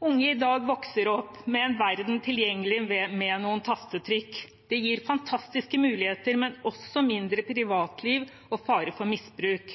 Unge i dag vokser opp med verden tilgjengelig ved noen tastetrykk. Det gir fantastiske muligheter, men også mindre privatliv og fare for misbruk.